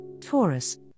Taurus